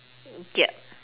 gap